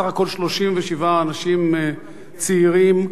בסך הכול 37 אנשים צעירים,